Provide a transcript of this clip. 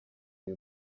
uyu